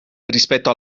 rispetto